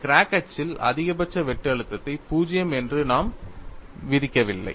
crack அச்சில் அதிகபட்ச வெட்டு அழுத்தத்தை 0 என்று நாம் விதிக்கவில்லை